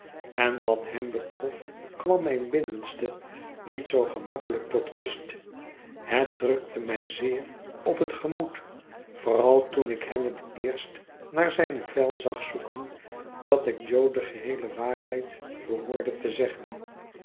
en wat hem betrof kwam mijn binnenste niet zoo gemakkelijk tot rust het drukte mij zeer op het gemoed vooral toen ik hem het eerst naar zijne vijl zag zoeken datik jo de geheele waarheid behoorde te zeggen